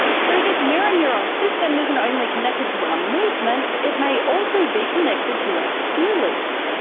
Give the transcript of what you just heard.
so this mirror neuron system isn't only connected to our movements, it may also be connected to our feelings.